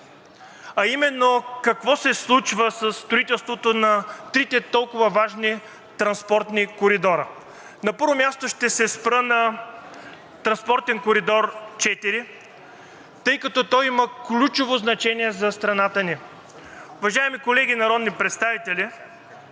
а именно какво се случва със строителството на трите толкова важни транспортни коридора. На първо място, ще се спра на транспортен коридор IV, тъй като той има ключово значение за страната ни. Уважаеми колеги народни представители,